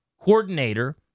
coordinator